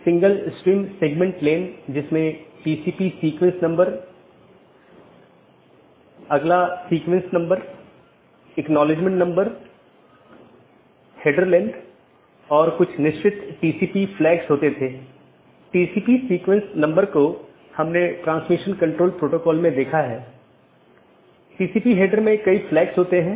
अब ऑटॉनमस सिस्टमों के बीच के लिए हमारे पास EBGP नामक प्रोटोकॉल है या ऑटॉनमस सिस्टमों के अन्दर के लिए हमारे पास IBGP प्रोटोकॉल है अब हम कुछ घटकों को देखें